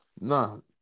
No